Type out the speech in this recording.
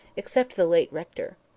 except the late rector.